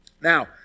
Now